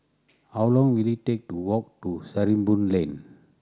how long will it take to walk to Sarimbun Lane